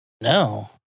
No